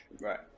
Right